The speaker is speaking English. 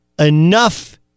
enough